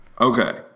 Okay